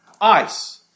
Ice